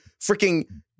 freaking